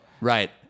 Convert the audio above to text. Right